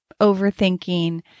overthinking